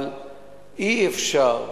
אבל אי-אפשר,